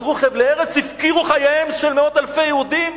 מסרו חבלי ארץ, הפקירו חייהם של מאות אלפי יהודים,